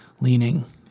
leaning